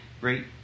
great